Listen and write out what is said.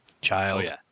child